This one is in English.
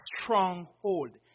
Stronghold